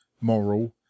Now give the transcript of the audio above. moral